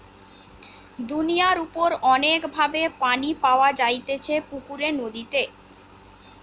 দুনিয়ার উপর অনেক ভাবে পানি পাওয়া যাইতেছে পুকুরে, নদীতে